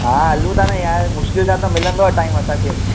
हा हलूं था न यार मुश्किल सां त मिलंदो आहे टाइम असांखे